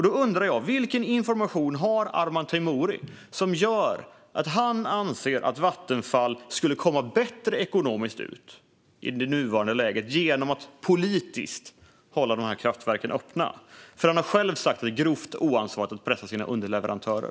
Då undrar jag: Vilken information har Arman Teimouri som gör att han anser att Vattenfall skulle komma ekonomiskt bättre ut i nuvarande läge genom att politiskt hålla dessa kraftverk öppna? Han har själv sagt att det är grovt oansvarigt att pressa sina underleverantörer.